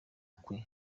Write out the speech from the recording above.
kwe